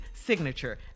Signature